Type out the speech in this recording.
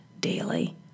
daily